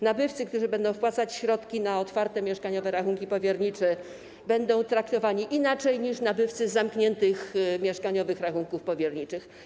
Nabywcy, którzy będą wpłacać środki na otwarte mieszkaniowe rachunki powiernicze, będą traktowani inaczej niż nabywcy korzystający z zamkniętych mieszkaniowych rachunków powierniczych.